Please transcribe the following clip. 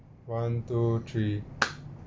one two three